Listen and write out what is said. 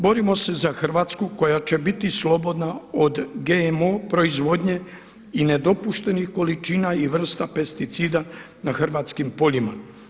Borimo se za Hrvatsku koja će biti slobodna od GMO proizvodnje i nedopuštenih količina i vrsta pesticida na hrvatskim poljima.